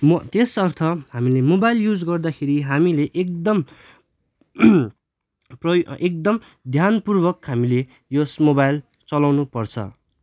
म त्यसर्थ हामीले मोबाइल युज गर्दाखेरि हामीले एकदम प्रयोग एकदम ध्यानपूर्वक हामीले यस मोबाइल चलाउनु पर्छ